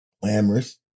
glamorous